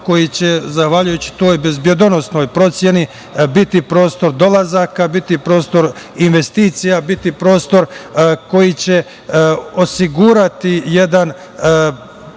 koji će, zahvaljujući toj bezbedonosnoj proceni biti prostor dolazaka, biti prostor investicija, biti prostor koji će osigurati jedan